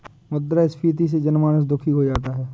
मुद्रास्फीति से जनमानस दुखी हो जाता है